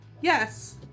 Yes